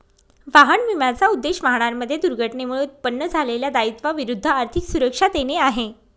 वाहन विम्याचा उद्देश, वाहनांमध्ये दुर्घटनेमुळे उत्पन्न झालेल्या दायित्वा विरुद्ध आर्थिक सुरक्षा देणे आहे